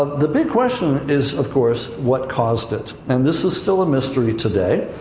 the big question is, of course, what caused it? and this is still a mystery today.